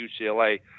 UCLA